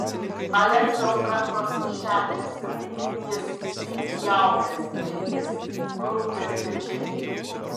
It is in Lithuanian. aleksiaus rankos kišenėse jis lyg įaugęs į grindis krūpteli pečiai